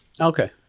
Okay